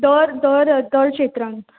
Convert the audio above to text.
दर दर दर क्षेत्रान